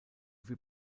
wie